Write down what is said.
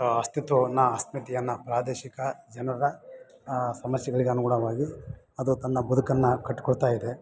ಅಸ್ತಿತ್ವವನ್ನು ಅಸ್ಮಿತೆಯನ್ನು ಪ್ರಾದೇಶಿಕ ಜನರ ಆ ಸಮಸ್ಯೆಗಳಿಗೆ ಅನುಗುಣವಾಗಿ ಅದು ತನ್ನ ಬದುಕನ್ನು ಕಟ್ಟಿಕೊಳ್ತಾಯಿದೆ